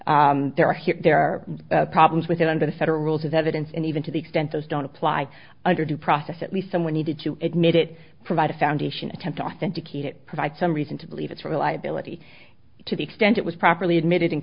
are here there are problems with it under the federal rules of evidence and even to the extent those don't apply under due process at least someone needed to admit it provide a foundation attempt to authenticate it provide some reason to believe it's reliability to the extent it was properly admitted in